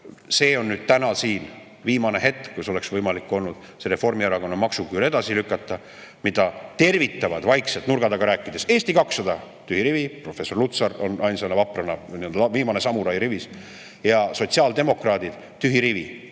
see on täna siin viimane hetk, kui oleks võimalik olnud see Reformierakonna maksuküür edasi lükata, mida tervitavad vaikselt nurga taga rääkides Eesti 200 – tühi rivi, professor Lutsar on ainsa vaprana rivis, viimane samurai – ja sotsiaaldemokraadid – tühi rivi.